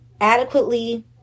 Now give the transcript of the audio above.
adequately